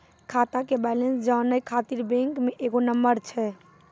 खाता के बैलेंस जानै ख़ातिर बैंक मे एगो नंबर छै?